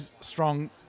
strong